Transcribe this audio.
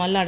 Malladi